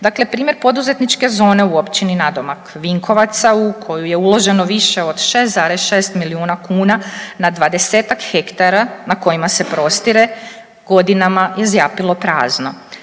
Dakle, primjer poduzetničke zone u općini nadomak Vinkovaca u koju je uloženo više od 6,6 milijuna kuna na 20-tak hektara na kojima se prostire godinama je zjapilo prazno.